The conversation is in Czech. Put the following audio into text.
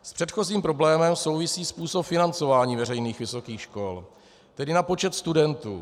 S předchozím problémem souvisí způsob financování veřejných vysokých škol, tedy na počet studentů.